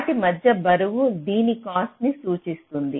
వాటి మధ్య బరువు దీని కాస్ట్ సూచిస్తుంది